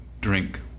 drink